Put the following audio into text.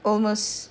almost